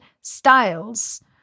styles